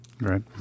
right